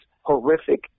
horrific